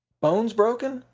bones broken?